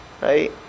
Right